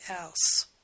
else